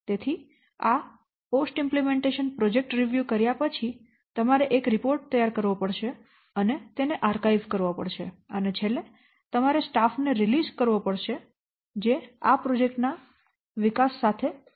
તેથી આ પોસ્ટ અમલીકરણ પ્રોજેક્ટ રિવ્યૂ કર્યા પછી તમારે એક રિપોર્ટ તૈયાર કરવો પડશે અને તેને આર્કાઇવ કરવો પડશે અને છેલ્લે તમારે સ્ટાફ ને રિલીઝ કરવો પડશે જે આ પ્રોજેક્ટ ના વિકાસ સાથે સંકળાયેલા હતા